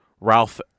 Ralph